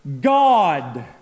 God